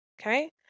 Okay